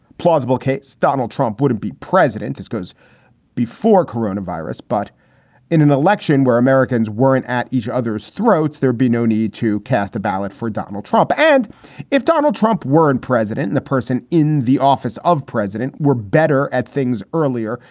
plausible case. donald trump wouldn't be president. this goes before corona virus. but in an election where americans weren't at each other's throats, there'd be no need to cast a ballot for donald trump. and if donald trump were in president and the person in the office of president were better at things earlier,